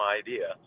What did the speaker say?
idea